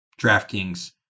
DraftKings